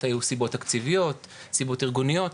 היו סיבות תקציביות, סיבות ארגוניות.